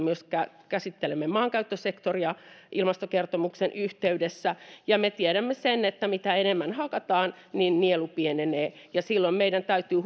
käsittelemme myös maankäyttösektoria ilmastokertomuksen yhteydessä me tiedämme sen että mitä enemmän hakataan sitä enemmän nielu pienenee ja silloin meidän täytyy